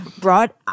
brought